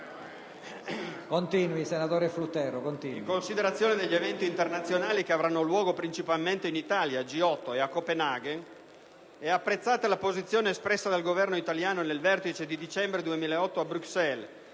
In considerazione degli eventi internazionali che avranno luogo principalmente in Italia (G8) e a Copenaghen e apprezzata la posizione espressa dal Governo italiano nel vertice di dicembre 2008 a Bruxelles,